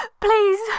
please